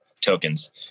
tokens